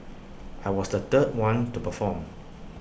I was the third one to perform